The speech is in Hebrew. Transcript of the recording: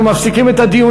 אני מבקש שתוסיף את שמי.